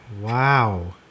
wow